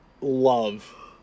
love